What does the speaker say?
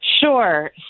Sure